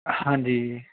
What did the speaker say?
ਹਾਂਜੀ